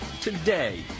today